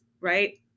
right